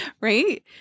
Right